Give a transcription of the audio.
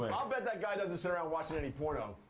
i ah bet that guy doesn't sit around watching any porno.